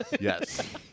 Yes